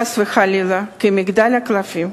חס וחלילה, כמגדל קלפים?